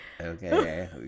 Okay